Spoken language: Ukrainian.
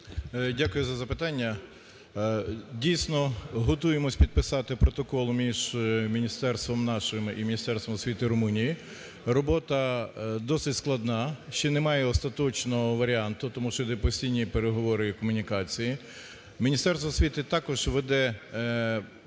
Дякую за запитання. Дійсно, готуємось підписати протокол між міністерством нашим і Міністерством освіти Румунії. Робота досить складна. Ще немає остаточного варіанту, тому що йдуть постійні переговори і комунікації. Міністерство освіти також веде розмову